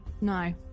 No